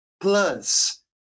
plus